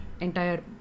entire